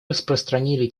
распространили